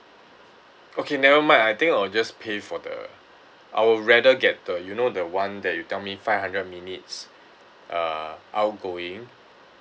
okay never mind I think I'll just pay for the I will rather get the you know the one that you tell me five hundred minutes uh outgoing